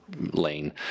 Lane